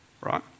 right